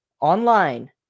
online